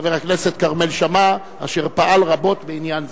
חבר הכנסת כרמל שאמה, אשר פעל רבות בעניין זה.